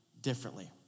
differently